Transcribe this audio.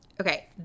okay